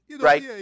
Right